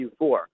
Q4